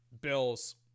Bill's